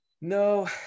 no